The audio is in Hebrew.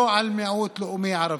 לא על מיעוט לאומי ערבי.